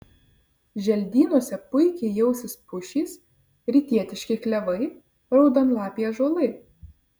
želdynuose puikiai jausis pušys rytietiški klevai raudonlapiai ąžuolai